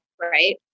right